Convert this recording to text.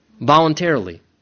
Voluntarily